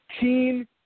Team